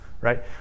right